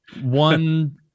One